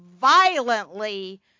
violently